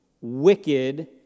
wicked